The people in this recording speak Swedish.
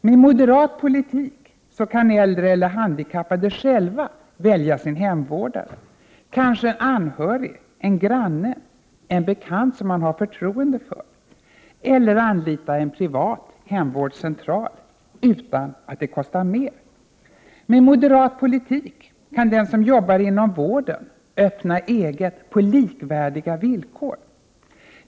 Med moderat politik kan äldre och handikappade själva välja sin hemvårdare — kanske en anhörig, en granne, en bekant som man har förtroende för — eller också kan man anlita en privat hemvårdscentral, utan att det kostar mer. Med moderat politik kan den som jobbar inom vården öppna eget på likvärdiga villkor.